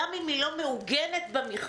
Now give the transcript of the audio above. גם אם היא לא מעוגנת במכרז,